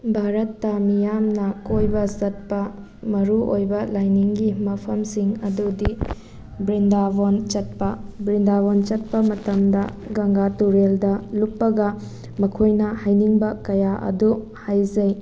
ꯚꯥꯔꯠꯇ ꯃꯤꯌꯥꯝꯅ ꯀꯣꯏꯕ ꯆꯠꯄ ꯃꯔꯨꯑꯣꯏꯕ ꯂꯥꯏꯅꯤꯡꯒꯤ ꯃꯐꯝꯁꯤꯡ ꯑꯗꯨꯗꯤ ꯕ꯭ꯔꯤꯟꯗꯥꯕꯣꯟ ꯆꯠꯄ ꯕ꯭ꯔꯤꯟꯗꯥꯕꯣꯟ ꯆꯠꯄ ꯃꯇꯝꯗ ꯒꯪꯒꯥ ꯇꯨꯔꯦꯜꯗ ꯂꯨꯞꯄꯒ ꯃꯈꯣꯏꯅ ꯍꯥꯏꯅꯤꯡꯕ ꯀꯌꯥ ꯑꯗꯨ ꯍꯥꯏꯖꯩ